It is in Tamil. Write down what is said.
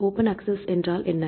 ஓபன் அக்சஸ் என்றால் என்ன